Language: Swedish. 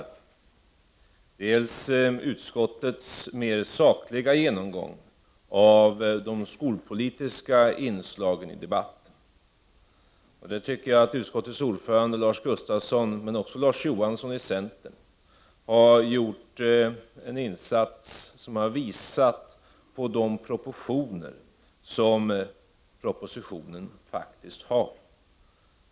Den första delen av debatten har omfattat utskottets mer sakliga genomgång av de skolpolitiska inslagen. Där tycker jag att utskottets ordförande Lars Gustafsson men också Larz Johansson från centern har gjort en insats som har visat de proportioner som propositionen faktiskt har.